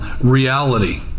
reality